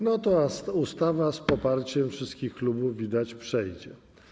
No to ustawa z poparciem wszystkich klubów, widać, przejdzie.